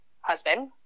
husband